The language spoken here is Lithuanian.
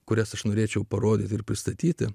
kurias aš norėčiau parodyti ir pristatyti